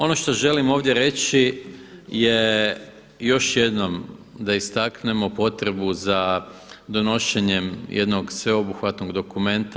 Ono što želim ovdje reći je još jednom da istaknemo potrebu za donošenjem jednog sveobuhvatnog dokumenta.